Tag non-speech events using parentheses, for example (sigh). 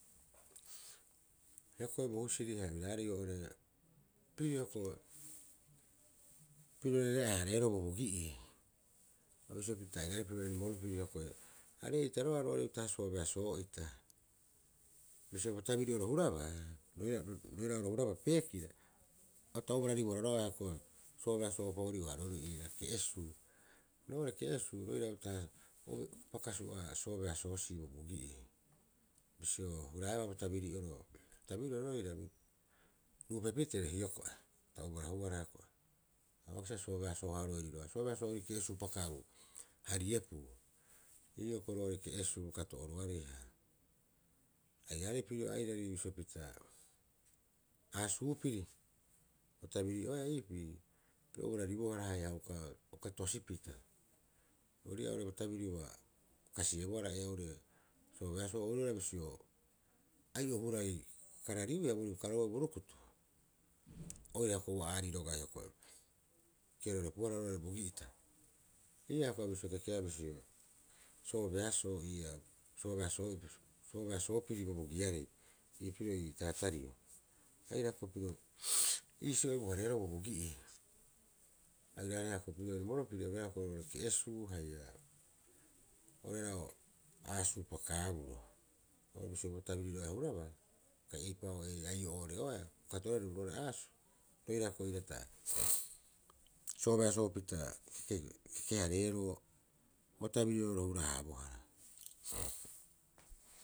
Hioko'i bo husiri haia oiraarei airaarei oo'ore pirio ko'e piro rere'aa- hararoo bobogi'ii bisio pita airaarei enimol piri hioko'e. Aree'ita roga'a roo'ore uta'aha soobeasoo'ita, bisio bo tabiri'oro hurabaa (unintelligible) roira'oro hurabaa peekira o ta ubararibohara ko'e soobeaso'opa uri'ohaaroerii iiraa ke'esuu. Roo'ore ke'esuu roira uta'aha o pakasua soobeasoosii bobogi'ii bisio huraebaa botabiri'oro- botabiri'oro roira ruupeepitere hioko'e ta ubarahuara hioko'e abai kasiba sa soobeasoo- ha'aroeri (unintelligible) roga'a soobeaso- haa'orei ke'suu pakaabu hariepu ii'oo ko'e roo'ore ke'esuu kato'oroarei ha airaarei pirio airari bisio pita aasuupiri bo tabiri'oea iipii piro ubararibohara haia uka tosipita. Ori'ii'aa oo'ore bo tabiri ua kasiebohara ea'ure o soobeasoo oru oira bisio ai'o hurai karariua karoou bo rukutu oira hioko'e ua aari roga'a hioko'i keoro repuhara roo'ore bogi'ita. Ii'aa hioko'i a bisio kekeaba bisio soobeasoo ii'aa soobeasoo'ita, soobeasopiri bobogiarei ii pirio ii taatario, aira ko piro (noise) iisio ebuhareeroo bobogi'ii (unintelligible) ke'esuu haia oira o oasuu pakaaburo o bisio bo tabiriro'erea hurabaa haia eipa'oo eipao'oo ore'ooe kato'ororei roo'ore aasuu roira hioko'i iiraa ta (noise) soobeasoopita keke- hareeroo bo tabiriro'oro hura- haabohara. (noise)